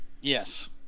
yes